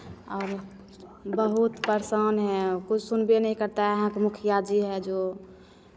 और बहुत परेशान हैं कुछ सुनबे नहीं करता है यहाँ का मुखिया जी है जो